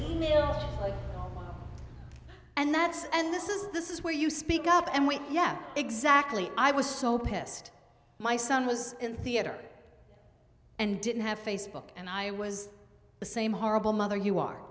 right and that's and this is this is where you speak up and we yeah exactly i was so pissed my son was in theater and didn't have facebook and i was the same horrible mother you are